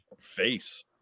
face